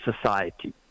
society